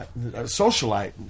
socialite